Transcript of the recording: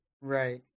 Right